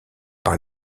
par